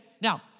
Now